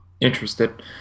interested